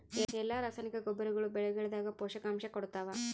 ಎಲ್ಲಾ ರಾಸಾಯನಿಕ ಗೊಬ್ಬರಗೊಳ್ಳು ಬೆಳೆಗಳದಾಗ ಪೋಷಕಾಂಶ ಕೊಡತಾವ?